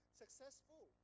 successful